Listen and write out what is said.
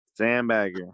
Sandbagger